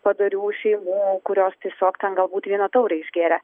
padorių šeimų kurios tiesiog ten gal būt vieną taurę išgėrė